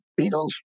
Beatles